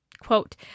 Quote